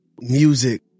music